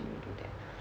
didn't do that